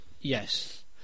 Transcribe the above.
Yes